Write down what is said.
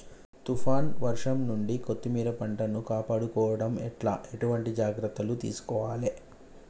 తుఫాన్ వర్షం నుండి కొత్తిమీర పంటను కాపాడుకోవడం ఎట్ల ఎటువంటి జాగ్రత్తలు తీసుకోవాలే?